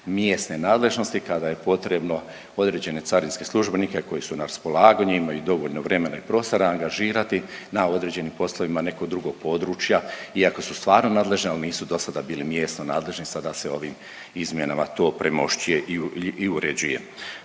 mjesne nadležnosti kada je potrebno određene carinske službenike koji su na raspolaganju, imaju dovoljno vremena i prostora angažirati na određenim poslovima nekog drugog područja i ako su stvarno nadležne, ali nisu do sada bili mjesno nadležni, sada se ovim izmjenama to premošćuje i uređuje.